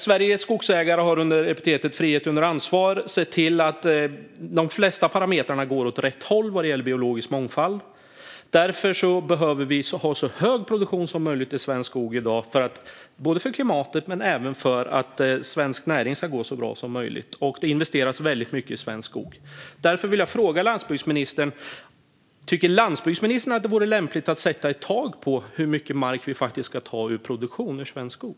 Sveriges skogsägare har under epitetet frihet under ansvar sett till att de flesta parametrar går åt rätt håll vad gäller biologisk mångfald. Därför behöver det vara så hög produktion som möjligt i svensk skog i dag för klimatet och för att svensk näring ska gå så bra som möjligt. Det investeras mycket i svensk skog. Därför vill jag fråga om landsbygdsministern tycker att det vore lämpligt att sätta ett tak på hur mycket mark som ska tas ur produktion ur svensk skog.